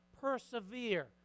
persevere